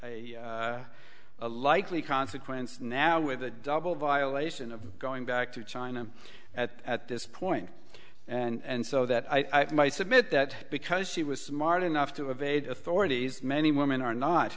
be a likely consequence now with a double violation of going back to china at at this point and so that i submit that because she was smart enough to evade authorities many women are not